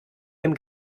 dem